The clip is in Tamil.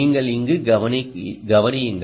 நீங்கள் இங்கு கவனியுங்கள்